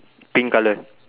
pink colour